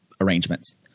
arrangements